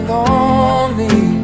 lonely